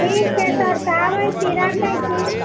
ठीक छै सर आबै छी राखै छी